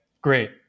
great